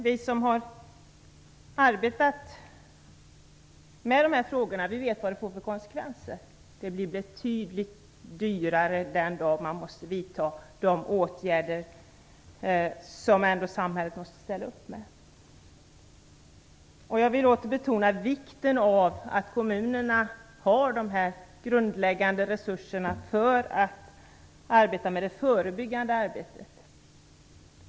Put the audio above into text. Vi som har arbetat med dessa frågor vet vilka konsekvenser detta får. Det blir betydligt dyrare den dag när man måste vidta de åtgärder som samhället ändå måste ställa upp med. Jag vill också betona vikten av att kommunerna har grundläggande resurser för att bedriva det förebyggande arbetet.